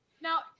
Now